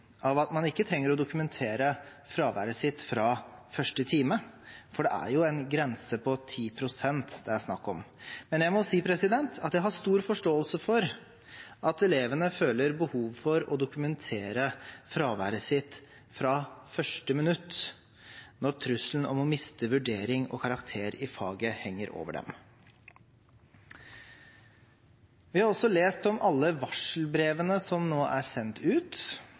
av at man ikke trenger å dokumentere fraværet sitt fra første time, for det er jo en grense på 10 pst. det er snakk om. Men jeg må si at jeg har stor forståelse for at elevene føler behov for å dokumentere fraværet sitt fra første minutt, når trusselen om å miste vurdering og karakter i faget henger over dem. Vi har også lest om alle varselbrevene som nå er sendt ut,